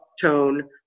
tone